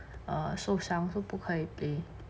err 受伤 so 不可以 play